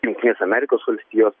jungtinės amerikos valstijos